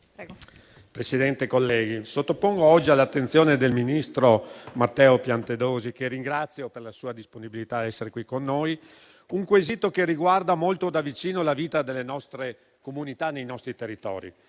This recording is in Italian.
Presidente, colleghi, sottopongo oggi all'attenzione del ministro Matteo Piantedosi, che ringrazio per la sua disponibilità a essere qui con noi, un quesito che riguarda molto da vicino la vita delle nostre comunità nei nostri territori.